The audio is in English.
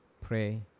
pray